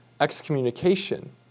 excommunication